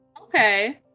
Okay